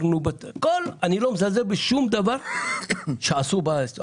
אני לא מזלזל בשום דבר שעשו בשבילם,